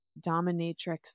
dominatrix